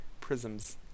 prisms